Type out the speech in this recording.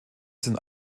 sind